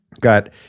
Got